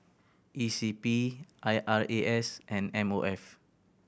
E C P I R A S and M O F